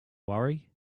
worry